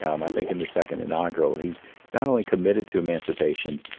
um i think in the second inaugural, he's not only committed to emancipation,